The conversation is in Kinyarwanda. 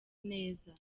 neza